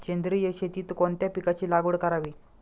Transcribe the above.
सेंद्रिय शेतीत कोणत्या पिकाची लागवड करावी?